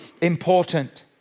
important